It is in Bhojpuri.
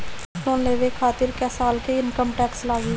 लोन लेवे खातिर कै साल के इनकम टैक्स लागी?